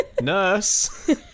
nurse